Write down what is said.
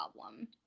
problem